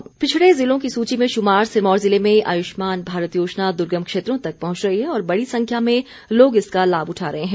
आयुष्मान भारत पिछड़े ज़िलों की सूची में शुमार सिरमौर ज़िले में आयुष्मान भारत योजना दुर्गम क्षेत्रों तक पहुंच रही है और बड़ी संख्या में लोग इसका लाम उठा रहे हैं